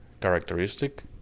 characteristic